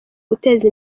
guteza